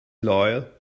loyal